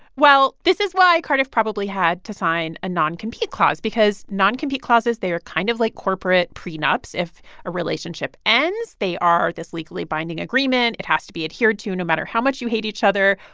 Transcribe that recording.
well, this is why cardiff probably had to sign a non-compete clause because non-compete clauses, they are kind of like corporate prenups. if a relationship ends, they are this legally binding agreement. it has to be adhered to, no matter how much you hate each other,